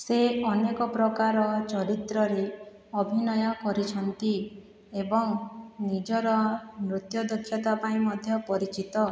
ସେ ଅନେକ ପ୍ରକାର ଚରିତ୍ରରେ ଅଭିନୟ କରିଛନ୍ତି ଏବଂ ନିଜର ନୃତ୍ୟ ଦକ୍ଷତା ପାଇଁ ମଧ୍ୟ ପରିଚିତ